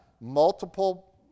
multiple